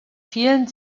vielen